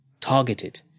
targeted